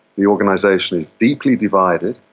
the organisation is deeply divided,